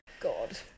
god